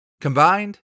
Combined